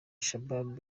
shabab